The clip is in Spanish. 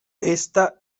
esta